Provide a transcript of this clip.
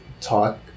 talk